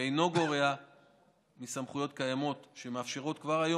ואינו גורע מסמכויות קיימות שמאפשרות כבר היום